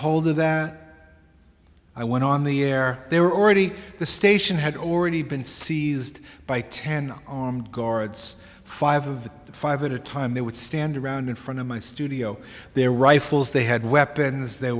hold of that i went on the air they were already at the station had already been seized by ten on guards five of five at a time they would stand around in front of my studio their rifles they had weapons they